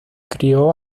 crio